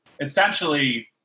essentially